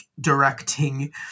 directing